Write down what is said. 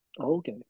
Okay